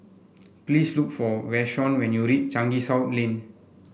please look for Vashon when you reach Changi South Lane